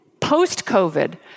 post-COVID